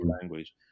language